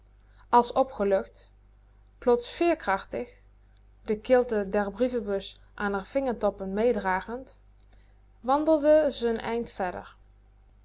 als opgelucht plots veerkrachtig de kilte der brievenbus aan r vingertoppen meedragend wandelde ze n heel eind verder